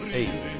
eight